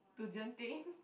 to Genting